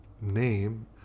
name